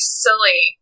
silly